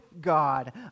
God